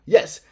Yes